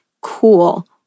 cool